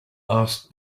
asked